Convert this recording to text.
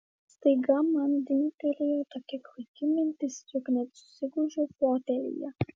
staiga man dingtelėjo tokia klaiki mintis jog net susigūžiau fotelyje